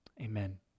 Amen